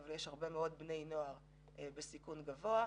אבל יש הרבה מאוד בני נוער בסיכון גבוה.